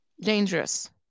dangerous